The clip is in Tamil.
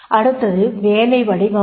அடுத்தது வேலை வடிவமைப்பு